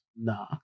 Nah